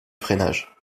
freinage